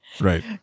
Right